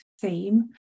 theme